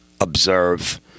observe